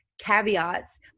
caveats